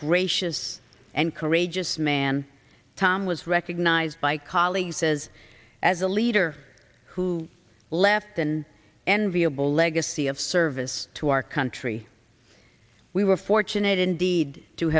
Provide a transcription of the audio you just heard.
gracious and courageous man tom was recognized by colleague says as a leader who left than enviable legacy of service to our country we were fortunate indeed